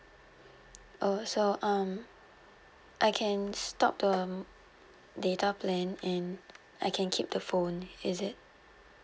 uh so um I can stop the data plan and I can keep the phone is it